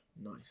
Nice